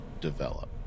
develop